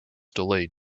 delayed